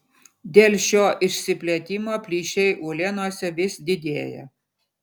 dėl šio išsiplėtimo plyšiai uolienose vis didėja